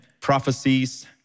Prophecies